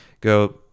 Go